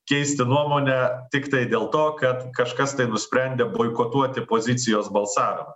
keisti nuomonę tiktai dėl to kad kažkas tai nusprendė boikotuoti pozicijos balsavimą